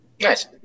Nice